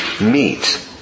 meat